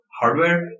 hardware